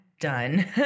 done